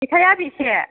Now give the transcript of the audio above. जेखाइया बेसे